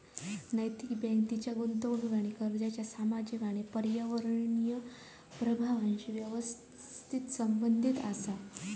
नैतिक बँक तिच्या गुंतवणूक आणि कर्जाच्या सामाजिक आणि पर्यावरणीय प्रभावांशी संबंधित असा